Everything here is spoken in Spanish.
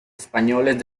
españoles